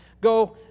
go